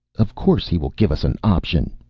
of course he will give us an option!